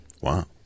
Wow